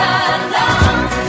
alone